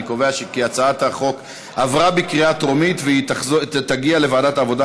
אני קובע שהצעת החוק עברה בקריאה טרומית והיא תגיע לוועדת העבודה,